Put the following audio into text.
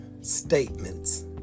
statements